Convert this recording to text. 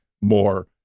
more